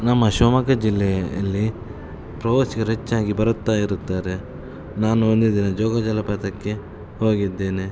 ನಮ್ಮ ಶಿವಮೊಗ್ಗ ಜಿಲ್ಲೆಯಲ್ಲಿ ಪ್ರವಾಸಿಗರು ಹೆಚ್ಚಾಗಿ ಬರುತ್ತಾ ಇರುತ್ತಾರೆ ನಾನು ಒಂದು ದಿನ ಜೋಗ ಜಲಪಾತಕ್ಕೆ ಹೋಗಿದ್ದೇನೆ